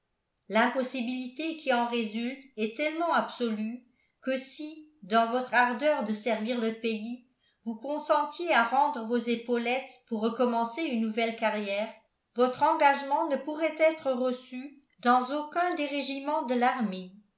l'impossibilité qui en résulte est tellement absolue que si dans votre ardeur de servir le pays vous consentiez à rendre vos épaulettes pour recommencer une nouvelle carrière votre engagement ne pourrait être reçu dans aucun des régiments de l'armée